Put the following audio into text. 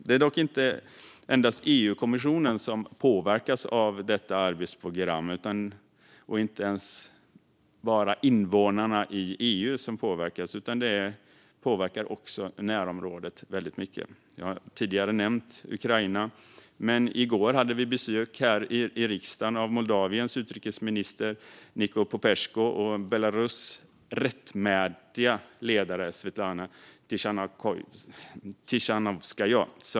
Det är dock inte endast EU-kommissionen som påverkas av arbetsprogrammet och inte bara invånarna i EU, utan det påverkar också närområdet väldigt mycket. Jag har tidigare nämnt Ukraina. I går hade vi som exempel på detta besök i riksdagen av Moldaviens utrikesminister Nicu Popescu och Belarus rättmätiga ledare Svetlana Tichanovskaja.